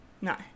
no